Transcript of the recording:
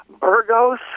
Burgos